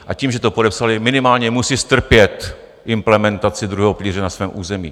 A tím, že to podepsaly, minimálně musí strpět implementaci druhého pilíře na svém území.